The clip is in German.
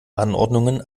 anordnungen